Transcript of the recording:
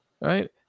right